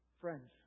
Friends